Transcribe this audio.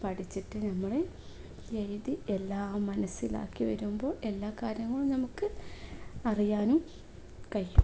പഠിച്ചിട്ട് നമ്മൾ എഴുതി എല്ലാം മനസ്സിലാക്കി വരുമ്പോൾ എല്ലാ കാര്യങ്ങളും നമുക്ക് അറിയാനും കഴിയും